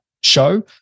Show